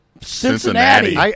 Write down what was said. Cincinnati